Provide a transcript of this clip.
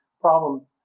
problem